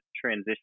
transition